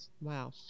Wow